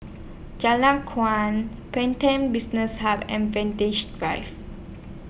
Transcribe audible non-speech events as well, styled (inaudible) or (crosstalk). Jalan Kuang Pantech Business Hub and (unintelligible) Drive